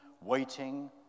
waiting